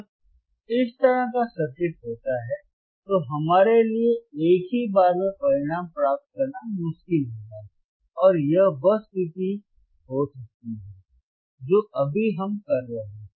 जब इस तरह का सर्किट होता है तो हमारे लिए एक ही बार में परिणाम प्राप्त करना मुश्किल होगा और यह वह स्थिति हो सकती है जो अभी हम कर रहे हैं